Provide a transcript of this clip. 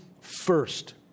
first